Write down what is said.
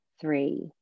three